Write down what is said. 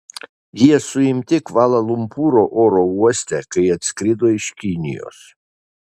jie suimti kvala lumpūro oro uoste kai atskrido iš kinijos